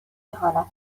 اهانت